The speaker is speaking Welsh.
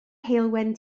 heulwen